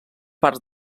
parts